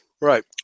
right